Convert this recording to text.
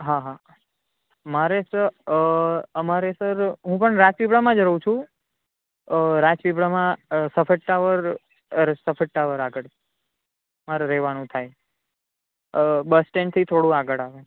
હા હા મારે સર અમારે સર હું પણ રાજપીપળામાં જ રહું છું રાજપીપળામાં સફેદ ટાવર સફેદ ટાવર આગળ મારે રહેવાનું થાય બસ સ્ટેન્ડથી થોડું આગળ આવે